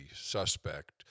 suspect